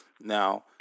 Now